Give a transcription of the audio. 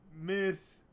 miss